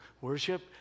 worship